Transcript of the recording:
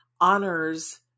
honors